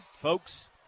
folks